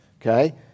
Okay